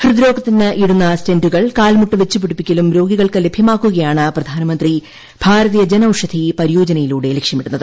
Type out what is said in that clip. ഹൃദ്രോഗത്തിന് ഇടുന്ന സ്റ്റെന്റുകളും കാൽമുട്ട് വച്ച് പിടിപ്പിക്കലും രോഗികൾക്ക് ലഭ്യമാക്കുകയാണ് പ്രാധാൻമന്ത്രി ഭാരതീയ ജനൌഷധി പരിയോജനയിലൂടെ ലക്ഷ്യമിടുന്നത്